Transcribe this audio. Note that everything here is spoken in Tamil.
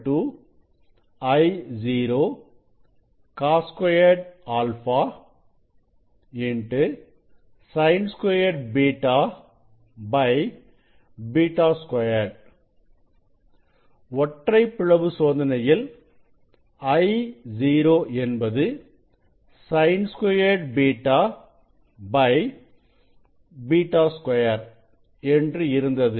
Sin2 β β2 ஒற்றைப் பிளவு சோதனையில் I0 என்பது Sin2β β2 என்று இருந்தது